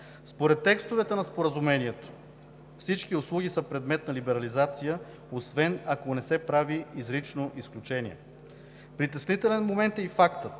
Според текстовете на Споразумението всички услуги са предмет на либерализация, освен ако не се прави изрично изключение. Притеснителен момент е и фактът,